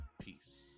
Peace